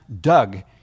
Doug